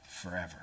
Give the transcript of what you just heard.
forever